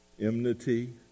Enmity